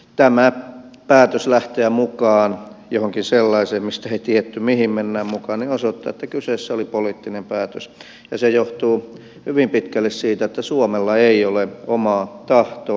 tämä päätös lähteä mukaan johonkin sellaiseen mistä ei tiedetty mihin mennään mukaan osoittaa että kyseessä oli poliittinen päätös ja se johtuu hyvin pitkälle siitä että suomella ei ole omaa tahtoa